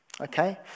Okay